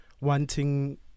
wanting